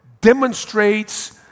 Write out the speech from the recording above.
demonstrates